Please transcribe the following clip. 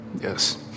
Yes